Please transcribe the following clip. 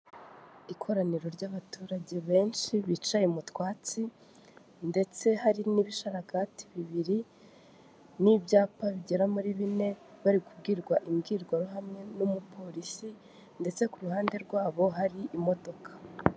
Inzu ikodeshwa iri Kicukiro muri Kigali, ifite ibyumba bine n'amadushe atatu na tuwarete ikaba ikodeshwa amafaranga ibihumbi magana atanu ku kwezi.